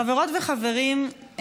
חברות וחברים,